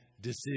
decision